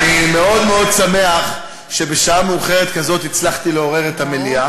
אני מאוד מאוד שמח שבשעה מאוחרת כזאת הצלחתי לעורר את המליאה.